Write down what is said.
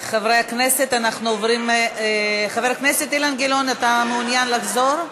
חבר הכנסת אילן גילאון, אתה מעוניין לחזור?